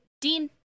Dean